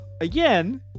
again